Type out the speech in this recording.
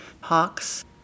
Hawks